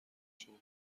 شما